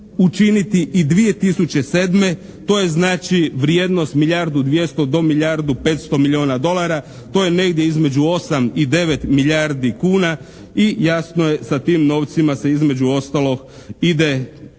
učiniti i 2007. To je znači vrijednost milijardu dvjesto do milijardu petsto milijuna dolara. To je negdje između 8 i 9 milijardi kuna i jasno je sa tim novcima se između ostalog ide